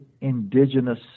indigenous